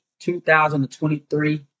2023